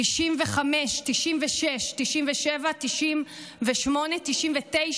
95, 96, 97, 98, 99,